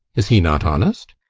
is he not honest?